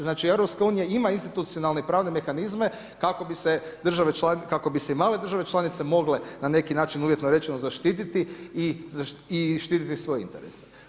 Znači EU ima institucionalne pravne mehanizme kako bi se i male države članice mogle na neki način uvjetno rečeno zaštititi i štititi svoje interese.